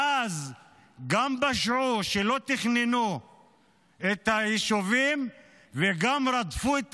ואז גם פשעו כשלא תכננו את היישובים וגם רדפו את